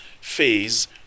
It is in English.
phase